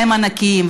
הם ענקיים,